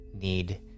need